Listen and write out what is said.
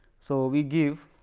so, we give